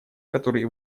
который